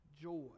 joy